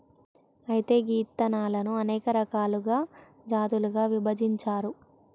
అయితే గీ ఇత్తనాలను అనేక రకాలుగా జాతులుగా విభజించారు